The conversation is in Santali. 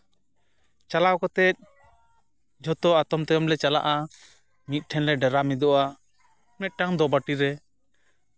ᱪᱟᱞᱟᱣ ᱠᱟᱛᱮᱫ ᱡᱷᱚᱛᱚ ᱟᱛᱚᱢ ᱛᱟᱭᱚᱢ ᱞᱮ ᱪᱟᱞᱟᱜᱼᱟ ᱢᱤᱫ ᱴᱷᱮᱱ ᱞᱮ ᱰᱮᱨᱟ ᱢᱤᱫᱚᱜᱼᱟ ᱢᱤᱫᱴᱟᱝ ᱫᱚᱼᱵᱟᱹᱴᱤᱨᱮ